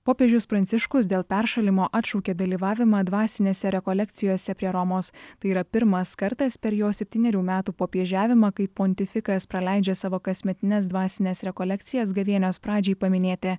popiežius pranciškus dėl peršalimo atšaukė dalyvavimą dvasinėse rekolekcijose prie romos tai yra pirmas kartas per jo septynerių metų popiežiavimą kai pontifikas praleidžia savo kasmetines dvasines rekolekcijas gavėnios pradžiai paminėti